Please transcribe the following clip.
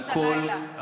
לנבצרות והתגברות הלילה.